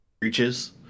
breaches